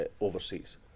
overseas